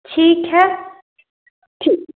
ठीक है ठीक